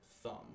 thumb